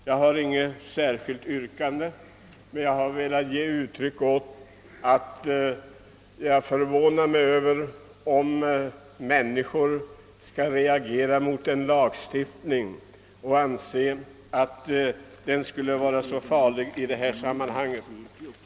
Jag har inget särskilt yrkande, men jag har velat ge uttryck åt min förvåning över att människor reagerar mot en lagstiftning som den föreslagna och anser att den är farlig.